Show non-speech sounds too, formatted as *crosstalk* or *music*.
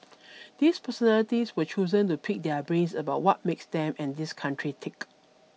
*noise* these personalities were chosen to pick their brains about what makes them and this country tick